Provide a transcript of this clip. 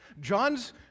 John's